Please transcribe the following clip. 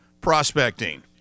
prospecting